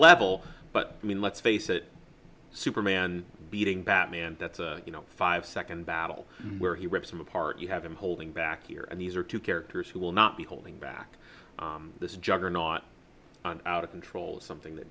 level but i mean let's face it superman beating batman that's a you know five second battle where he rips him apart you have him holding back here and these are two characters who will not be holding back this juggernaut out of control something that